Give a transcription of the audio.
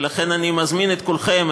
ולכן אני מזמין את כולכם,